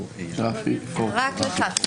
לכולם.